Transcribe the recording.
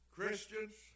Christians